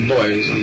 Boys